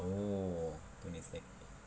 oh twenty sec